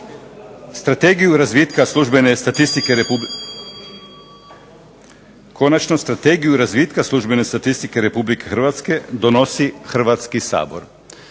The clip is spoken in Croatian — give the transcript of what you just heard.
Strategiju razvitka službene statistike RH donosi Hrvatski sabor.